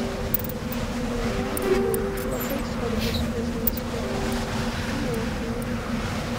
naujagimiui labai svarbus fizinis kontaktas su motina